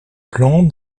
plantes